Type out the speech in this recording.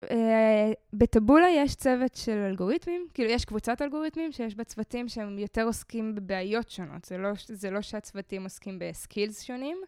א...בטבולה יש צוות של אלגוריתמים, כאילו, יש קבוצת אלגוריתמים שיש בה צוותים שהם יותר עוסקים בבעיות שונות, זה לא ש- זה לא שהצוותים עוסקים בסקילס שונים.